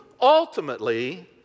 ultimately